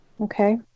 Okay